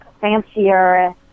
fancier